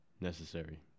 necessary